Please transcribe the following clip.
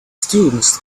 students